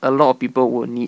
a lot of people will need